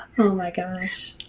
oh my gosh.